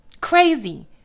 Crazy